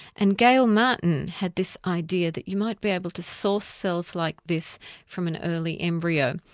and gail martin had this idea that you might be able to source cells like this from an early embryo.